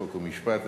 חוק ומשפט,